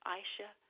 Aisha